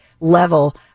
level